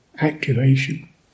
activation